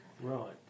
right